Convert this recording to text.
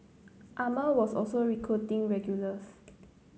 Armour was also recruiting regulars